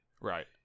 Right